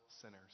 sinners